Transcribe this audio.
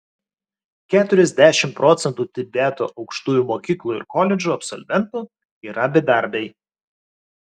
keturiasdešimt procentų tibeto aukštųjų mokyklų ir koledžų absolventų yra bedarbiai